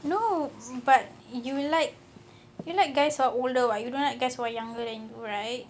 no but you like you like guys who are older what you don't like guys who are younger than you right